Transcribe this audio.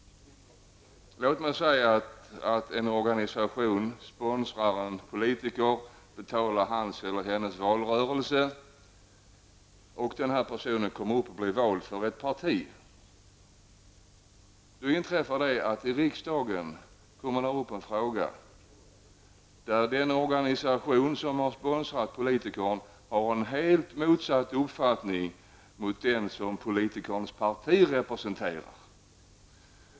En organisation sponsrar en politiker, betalar hans eller hennes valrörelse. Personen blir vald för ett parti. Då inträffar det att det i riksdagen kommer upp en fråga, där den organisation som har sponsrat politikern har en uppfattning som helt avviker från den som politikerns parti representerar.